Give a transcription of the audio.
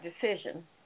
decision